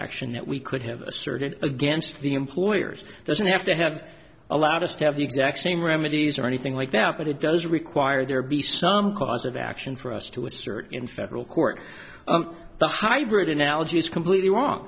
that we could have asserted against the employers doesn't have to have allowed us to have the exact same remedies or anything like that but it does require there be some cause of action for us to assert in federal court the hybrid analogy is completely wrong